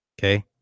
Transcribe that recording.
Okay